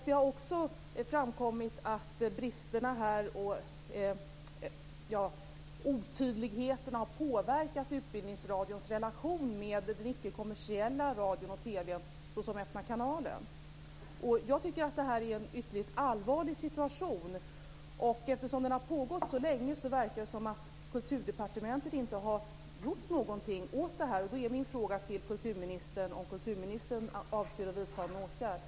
Det har framkommit att bristerna och otydligheten har påverkat Utbildningsradions relation med den ickekommersiella radion och TV:n, såsom Öppna kanalen. Jag tycker att det här är en ytterligt allvarlig situation. Eftersom detta har pågått så länge verkar det som att Kulturdepartementet inte har gjort någonting åt detta. Då är min fråga till kulturministern om hon avser att vidta någon åtgärd.